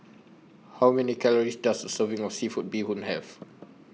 How Many Calories Does A Serving of Seafood Bee Hoon Have